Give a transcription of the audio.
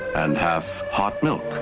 and half hot milk.